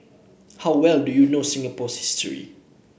how well do you know Singapore's history